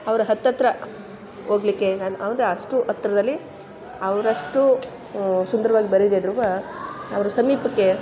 ಅವ್ರ ಹತ್ತತ್ರ ಹೋಗ್ಲಿಕ್ಕೆ ನಾನು ಅಂದರೆ ಅಷ್ಟೂ ಹತ್ರದಲ್ಲಿ ಅವರಷ್ಟು ಸುಂದರವಾಗಿ ಬರದೆ ಇದ್ರುವಾ ಅವ್ರ ಸಮೀಪಕ್ಕೆ